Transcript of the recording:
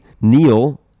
Neil